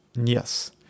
Yes